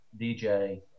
DJ